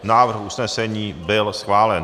Návrh usnesení byl schválen.